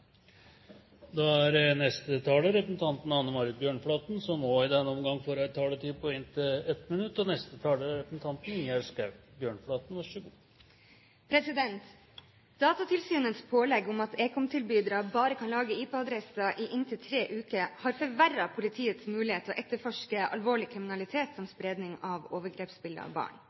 da har vi enda viktigere slag å vinne i framtiden. Anne Marit Bjørnflaten har hatt ordet to ganger og får i denne omgang ordet til en kort merknad, begrenset til 1 minutt. Datatilsynets pålegg om at ekomtilbydere bare kan lagre IP-adresser i inntil tre uker, har forverret politiets mulighet til å etterforske alvorlig kriminalitet, som spredning av overgrepsbilder av barn.